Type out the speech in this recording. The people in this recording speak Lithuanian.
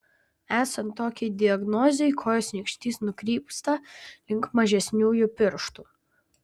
esant tokiai diagnozei kojos nykštys nukrypsta link mažesniųjų pirštų